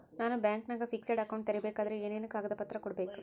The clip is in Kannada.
ನಾನು ಬ್ಯಾಂಕಿನಾಗ ಫಿಕ್ಸೆಡ್ ಅಕೌಂಟ್ ತೆರಿಬೇಕಾದರೆ ಏನೇನು ಕಾಗದ ಪತ್ರ ಕೊಡ್ಬೇಕು?